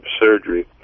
surgery